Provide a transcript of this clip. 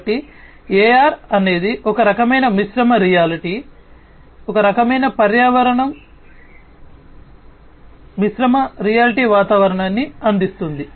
కాబట్టి AR అనేది ఒక రకమైన మిశ్రమ రియాలిటీ రకమైన పర్యావరణం VR మిశ్రమ రియాలిటీ వాతావరణాన్ని అందిస్తుంది